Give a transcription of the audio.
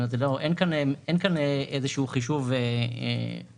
כלומר אין כאן חישוב לאחור.